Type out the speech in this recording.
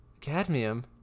cadmium